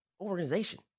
Organization